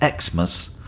Xmas